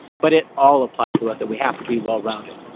but it all applies to us that we have to be well-rounded.